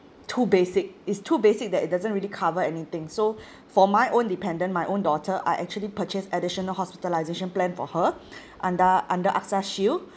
too basic it's too basic that it doesn't really cover anything so for my own dependent my own daughter I actually purchased additional hospitalisation plan for her under under AXA shield